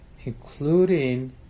including